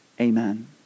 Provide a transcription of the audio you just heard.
Amen